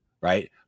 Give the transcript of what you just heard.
Right